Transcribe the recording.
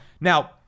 Now